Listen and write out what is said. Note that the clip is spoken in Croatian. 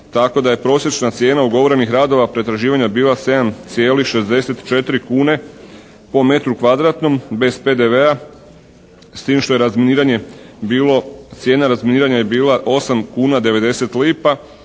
Tako da je prosječna cijena ugovorenih radova pretraživanja bila 7,64 kune po metrom kvadratnom brz PDV-a s tim što je razminiranje bilo cijena